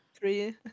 three